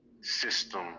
system